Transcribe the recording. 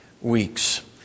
weeks